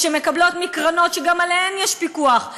שהן מקבלות מקרנות שגם עליהן יש פיקוח.